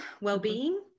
well-being